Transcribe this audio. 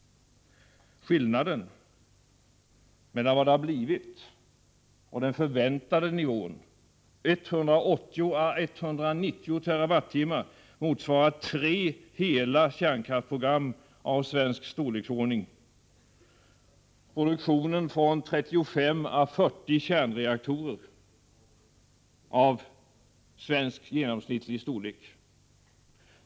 Skillnaden mellan den verkliga och den förväntade nivån är 180 å 190 TWh, motsvarande tre hela kärnkraftsprogram av svensk storleksordning, eller produktionen från 35 å 40 kärnreaktorer av svensk genomsnittsstorlek.